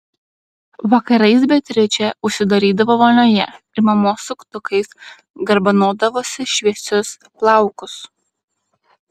vakarais beatričė užsidarydavo vonioje ir mamos suktukais garbanodavosi šviesius plaukus